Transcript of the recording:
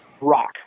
rock